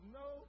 no